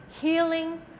healing